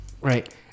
right